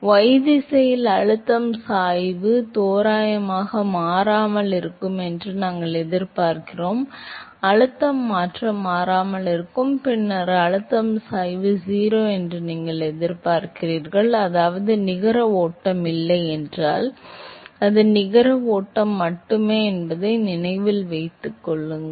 எனவே y திசையில் அழுத்தம் சாய்வு தோராயமாக மாறாமல் இருக்கும் என்று நாங்கள் எதிர்பார்க்கிறோம் அழுத்தம் மாற்றம் மாறாமல் இருக்கும் பின்னர் அழுத்தம் சாய்வு 0 என்று நீங்கள் எதிர்பார்க்கிறீர்கள் அதாவது நிகர ஓட்டம் இல்லை என்றால் அது நிகர ஓட்டம் மட்டுமே என்பதை நினைவில் கொள்கிறது